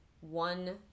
one